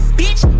bitch